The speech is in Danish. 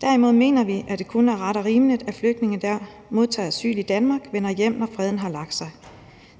Derimod mener vi, at det kun er ret og rimeligt, at flygtninge, der modtager asyl i Danmark, vender hjem, når freden har lagt sig.